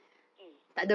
mm